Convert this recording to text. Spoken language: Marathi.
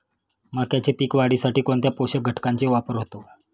मक्याच्या पीक वाढीसाठी कोणत्या पोषक घटकांचे वापर होतो?